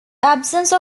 absence